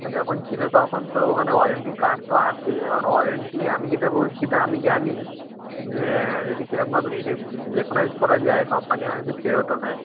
যখন ছিলো তখন তো ওখানে ওয়ারেন্টি কার্ড তো আছে এখন ওয়ারেন্টি আমি যেটা বলছি সেটা আমি জানি যে যদি সেরমভাবে রেকোনাইজ করা যায় কোম্পানি অনেক সময় ফেরতও নেয়